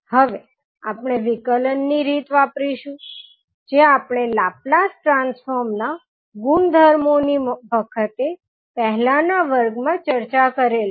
હવે આપણે વિકલનની રીત વાપરીશું જે આપણે લાપ્લાસ ટ્રાન્સફોર્મનાં ગુણધર્મોની વખતે પહેલાનાં વર્ગમાં ચર્ચા કરેલ છે